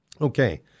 Okay